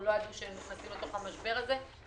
הם לא ידעו שהם נכנסים אל תוך המשבר הזה.